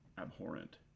abhorrent